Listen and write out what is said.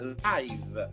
live